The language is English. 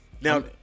Now